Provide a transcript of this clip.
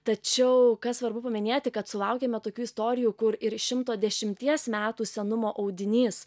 tačiau kas svarbu paminėti kad sulaukėme tokių istorijų kur ir šimto dešimties metų senumo audinys